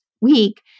week